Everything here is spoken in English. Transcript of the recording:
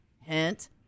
Hint